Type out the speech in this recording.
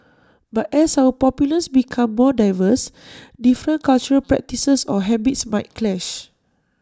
but as our populace becomes more diverse different cultural practices or habits might clash